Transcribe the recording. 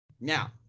Now